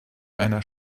einer